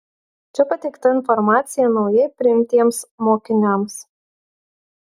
čia pateikta informacija naujai priimtiems mokiniams